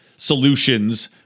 solutions